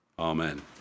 Amen